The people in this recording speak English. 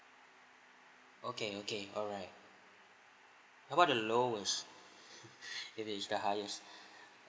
okay okay alright how about the lowest if it's the highest